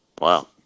wow